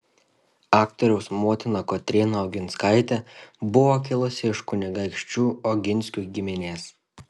aktoriaus motina kotryna oginskaitė buvo kilusi iš kunigaikščių oginskių giminės